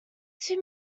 too